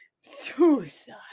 suicide